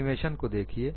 animation को देखिए